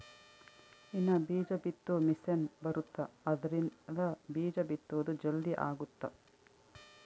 ಇನ್ನ ಬೀಜ ಬಿತ್ತೊ ಮಿಸೆನ್ ಬರುತ್ತ ಆದ್ರಿಂದ ಬೀಜ ಬಿತ್ತೊದು ಜಲ್ದೀ ಅಗುತ್ತ